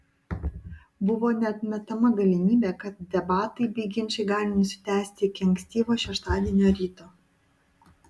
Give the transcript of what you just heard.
buvo neatmetama galimybė kad debatai bei ginčai gali nusitęsti iki ankstyvo šeštadienio ryto